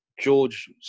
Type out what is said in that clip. George